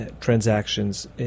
transactions